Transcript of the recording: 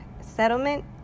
settlement